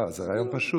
לא, זה רעיון פשוט.